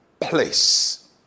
place